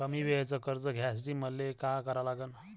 कमी वेळेचं कर्ज घ्यासाठी मले का करा लागन?